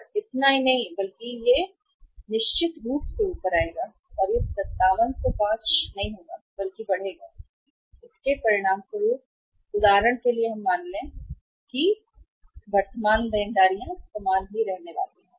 यह इतना नहीं बल्कि यह होगा निश्चित रूप से ऊपर जाएगा और यह 5705 नहीं होगा बल्कि बढ़ेगा और इसके परिणामस्वरूप हमारे पास होगा यदि हम उदाहरण के लिए मान लें कि यह वर्तमान देनदारियां समान ही रहने वाली हैं